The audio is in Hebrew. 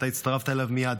אתה הצטרפת אליו מייד.